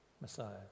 Messiah